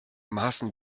maßen